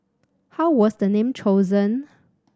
how was the name chosen